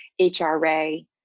HRA